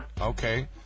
Okay